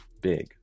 big